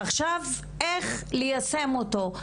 עכשיו הסוגיה היא איך ליישם אותו.